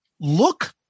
Look